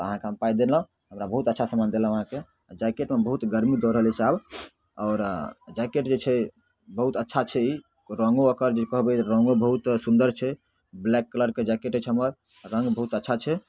तऽ अहाँके हम पाइ देलहुँ हमरा बहुत अच्छा सामान देलहुँ अहाँके जैकेटमे बहुत गरमी दऽ रहल अइ से आब आओर जैकेट जे छै बहुत अच्छा छै ई रङ्गो ओकर जे कहबै रङ्गो बहुत सुन्दर छै ब्लैक कलरके जैकेट अछि हमर रङ्ग बहुत अच्छा छै